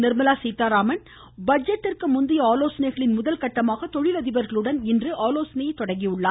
நிர்மலா சீத்தாராமன் பட்ஜெட்டிற்கு முந்தைய ஆலோசனைகளின் முதற்கட்டமாக தொழிலதிபர்களுடன் இன்று ஆலோசனையை தொடங்கியுள்ளார்